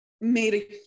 made